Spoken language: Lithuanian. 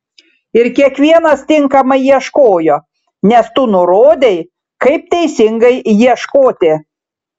ir kiekvienas tinkamai ieškojo nes tu nurodei kaip teisingai ieškoti